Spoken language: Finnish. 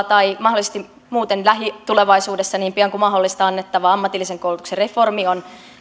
tai mahdollisesti muuten lähitulevaisuudessa niin pian kuin mahdollista annettava ammatillisen koulutuksen reformi on